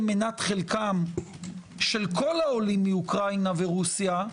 מנת חלקם של כל העולים מאוקראינה ורוסיה,